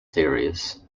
theories